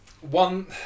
one